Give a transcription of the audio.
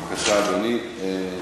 בבקשה, אדוני.